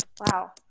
wow